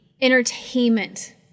entertainment